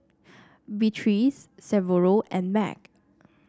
Beatriz Severo and Meg